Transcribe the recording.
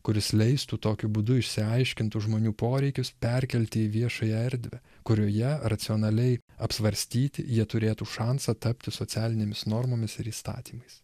kuris leistų tokiu būdu išsiaiškintų žmonių poreikius perkelti į viešąją erdvę kurioje racionaliai apsvarstyti jie turėtų šansą tapti socialinėmis normomis ir įstatymais